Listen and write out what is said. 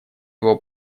его